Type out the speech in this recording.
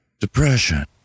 depression